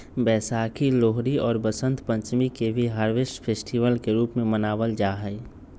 वैशाखी, लोहरी और वसंत पंचमी के भी हार्वेस्ट फेस्टिवल के रूप में मनावल जाहई